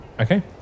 Okay